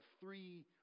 three